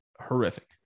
horrific